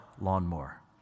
lawnmower